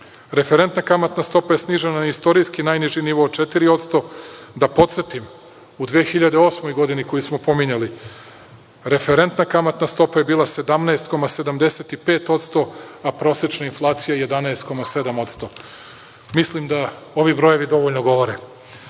cena. Referentna kamatna stopa je snižena na istorijski najniži nivo od 4%, da podsetim u 2008. godini koju smo pominjali, referentna kamatna stopa je bila 17,75%, a prosečna inflacija 11,7%. Mislim da ovi brojevi dovoljno